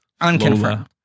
unconfirmed